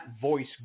voice